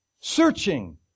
searching